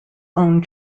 own